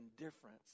indifference